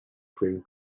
cream